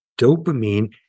dopamine